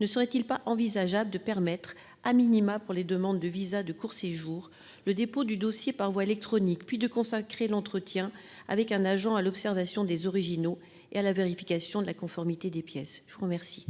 ne serait-il pas envisageable de permettre à minima pour les demandes de visas de court séjour. Le dépôt du dossier par voie électronique puis de consacrer l'entretien avec un agent à l'observation des originaux et à la vérification de la conformité des pièces, je vous remercie.